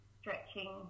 stretching